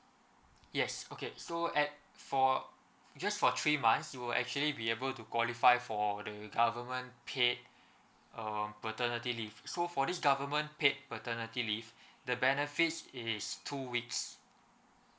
yes okay so at for just for three months you'll actually be able to qualify for all the government paid um paternity leave so for this government paid paternity leave the benefits is two weeks